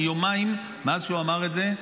אני יומיים, מאז שהוא אמר את זה,